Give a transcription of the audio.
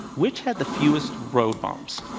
which had the fewest road bumps?